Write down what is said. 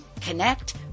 connect